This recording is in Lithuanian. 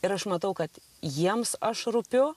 ir aš matau kad jiems aš rūpiu